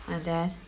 then after